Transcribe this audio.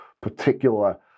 particular